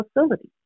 facilities